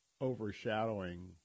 overshadowing